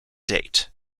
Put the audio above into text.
date